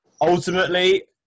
ultimately